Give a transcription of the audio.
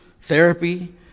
therapy